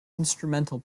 instrumental